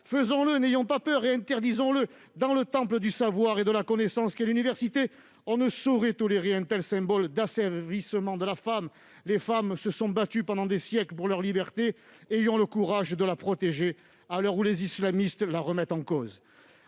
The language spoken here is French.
agissons sans avoir peur et interdisons-le ! Dans le temple du savoir et de la connaissance qu'est l'université, on ne saurait tolérer un tel symbole d'asservissement de la femme. Les femmes se sont battues pendant des siècles pour leur liberté. Ayons le courage de la protéger à l'heure où les islamistes la remettent en cause